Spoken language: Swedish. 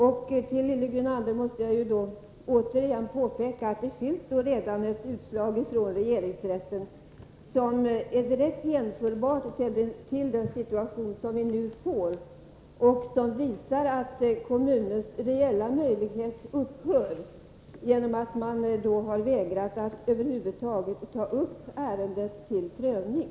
För Lilly Bergander måste jag återigen påpeka att det redan finns ett utslag från regeringsrätten som är direkt hänförbart till den situation som nu uppstår och som visar att kommunens reella möjlighet upphör genom att man har vägrat att över huvud taget ta upp ärendet till prövning.